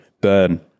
Burn